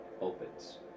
opens